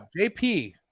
jp